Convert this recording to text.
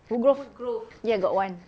woodgrove ya got one